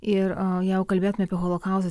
ir jeigu kalbėtume apie holokaustą